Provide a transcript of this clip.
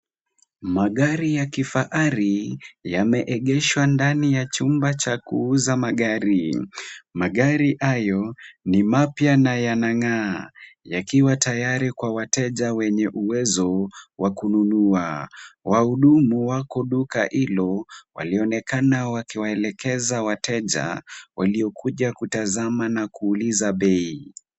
Magari ya kifahari yameegeshwa ndani ya chumba cha kuuza magari. Magari hayo ni mapya na yanang'aa, yakiwa tayari kwa wateja wenye uwezo wa kununua. Wahudumu wako duka hilo walionekana wakiwaelekeza wateja waliokuja kutazama na kuuliza bei